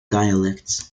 dialects